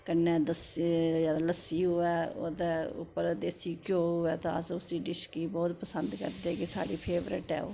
कन्नै दस लस्सी होवे उप्पर देसी घ्यो होऐ ते अस उस्सी डिश गी बौह्त पसंद करदे कि साढ़ी फेवरेट ऐ ओह्